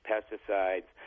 pesticides